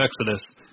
Exodus